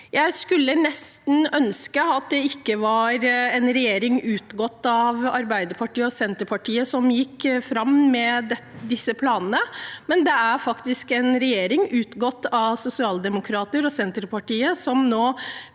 Jeg skulle nesten ønske at det ikke var en regjering utgått av Arbeiderpartiet og Senterpartiet som har disse planene, men det er faktisk en regjering utgått av sosialdemokrater og Senterpartiet som nå